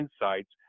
insights